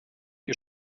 ihr